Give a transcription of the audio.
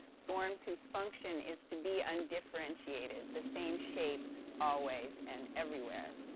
forms whose functions is to be undifferentiated, the same shape always and everywhere.